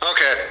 Okay